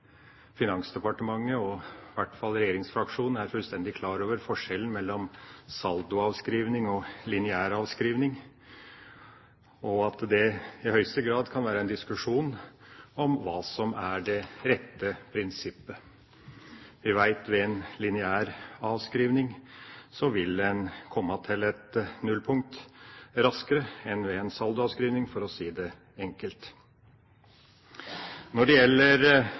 Finansdepartementet og i hvert fall regjeringsfraksjonen er fullstendig klar over forskjellen mellom saldoavskrivning og lineær avskrivning, og at det i høyeste grad kan være en diskusjon om hva som er det rette prinsippet. Vi veit at ved en lineær avskrivning vil en komme til et nullpunkt raskere enn ved en saldoavskrivning, for å si det enkelt. Når det gjelder